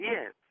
Yes